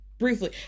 Briefly